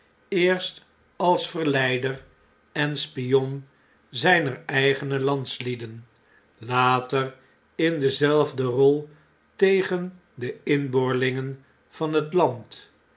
eerst als verleider en spion zijner eigene landslieden later in dezelfde rol tegen de inboorlingen van het land